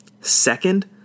Second